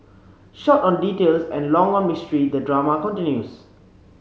short on details and long on mystery the drama continues